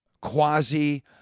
quasi